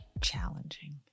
challenging